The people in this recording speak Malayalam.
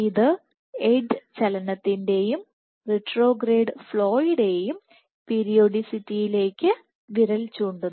ഇത് എഡ്ജ് ചലനത്തിന്റെയും റിട്രോഗ്രേഡ് ഫ്ലോയുടെയും പീരിയോഡിസിറ്റിയിലേക്ക് വിരൽ ചൂണ്ടുന്നു